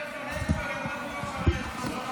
כבוד יו"ר